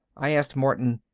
i asked martin,